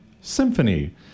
Symphony